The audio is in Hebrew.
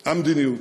על המדיניות,